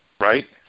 right